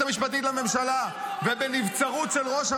המשפטית לממשלה -- טול קורה מבין עיניך.